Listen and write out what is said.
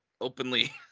openly